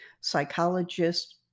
Psychologists